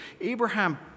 Abraham